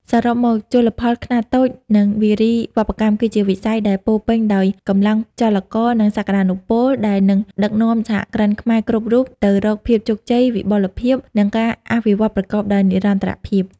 សរុបមក ជលផលខ្នាតតូច និងវារីវប្បកម្ម គឺជាវិស័យដែលពោពេញដោយកម្លាំងចលករ និងសក្ដានុពល ដែលនឹងដឹកនាំសហគ្រិនខ្មែរគ្រប់រូបទៅរកភាពជោគជ័យ វិបុលភាព និងការអភិវឌ្ឍប្រកបដោយនិរន្តរភាព។